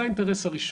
זה האינטרס הראשון.